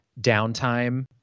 downtime